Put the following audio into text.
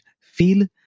feel